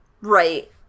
Right